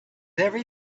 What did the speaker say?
every